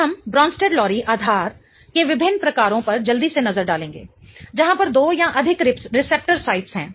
अब हम Bronsted Lowry Bronsted - Lowry आधार के विभिन्न प्रकारों पर जल्दी से नज़र डालेंगे जहाँ पर दो या अधिक रिसेप्टर साइट हैं